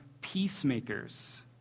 peacemakers